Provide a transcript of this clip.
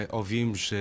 ouvimos